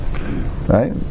Right